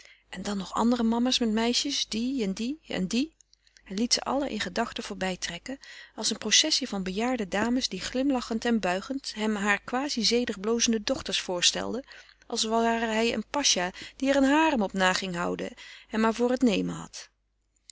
en dan nog andere mama's met meisjes die en die en die hij liet ze allen in gedachten voorbij trekken als een processie van bejaarde dames die glimlachend en buigend hem hare quasi zedig blozende dochters voorstelden als ware hij een pacha die er een harem op na ging houden en maar voor het nemen had